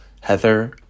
Heather